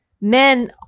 men